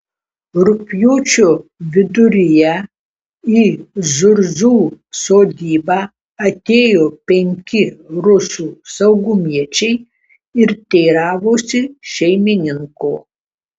rugpjūčio viduryje į zurzų sodybą atėjo penki rusų saugumiečiai ir teiravosi šeimininko